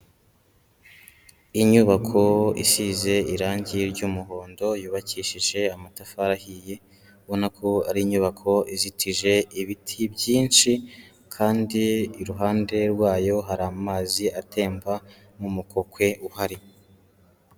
Inyubako isize irangi ry'umuhondo yubakishije amatafari ahiye ubona ko ari inyubako izitije ibiti byinshi kandi iruhande rwayo hari amazi atemba mu mukokwe uhari.